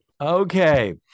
Okay